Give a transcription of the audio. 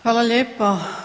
Hvala lijepo.